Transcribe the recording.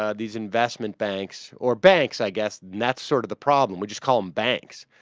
ah these investment banks or banks i guessed that sort of the problem which is calm banks